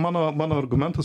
mano mano argumentas